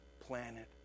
planet